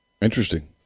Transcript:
Interesting